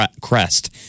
crest